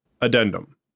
Addendum